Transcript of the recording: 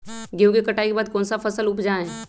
गेंहू के कटाई के बाद कौन सा फसल उप जाए?